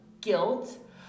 guilt